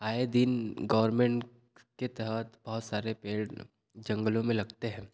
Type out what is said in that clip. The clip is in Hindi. आए दिन गोरमेंट के तहत बहुत सारे पेड़ जंगलो में लगते हैं